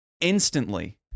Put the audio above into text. instantly